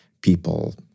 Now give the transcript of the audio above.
people